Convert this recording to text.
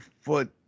foot